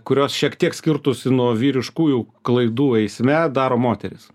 kurios šiek tiek skirtųsi nuo vyriškųjų klaidų eisme daro moterys